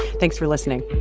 thanks for listening.